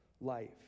life